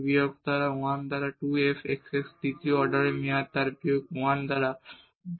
এটি minus 1 by 2 f x x দ্বিতীয় অর্ডারের উপর তার বিয়োগ 1 বাই 2 হবে